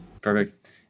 Perfect